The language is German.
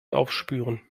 aufspüren